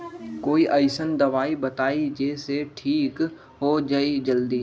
कोई अईसन दवाई बताई जे से ठीक हो जई जल्दी?